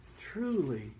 Truly